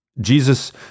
Jesus